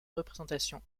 représentation